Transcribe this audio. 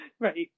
Right